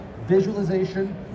visualization